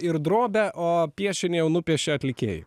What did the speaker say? ir drobę o piešinį jau nupiešė atlikėjai